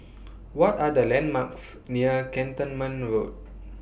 What Are The landmarks near Cantonment Road